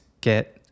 get